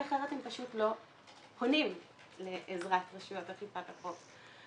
כי אחרת הם לא פונים לעזרת רשויות אכיפת החוק.